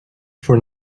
for